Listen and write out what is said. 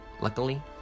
Luckily